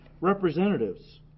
representatives